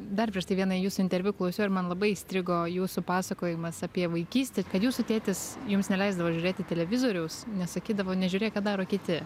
dar prieš tai vieną jūsų interviu klausiau ir man labai įstrigo jūsų pasakojimas apie vaikystę kad jūsų tėtis jums neleisdavo žiūrėti televizoriaus nes sakydavo nežiūrėk ką daro kiti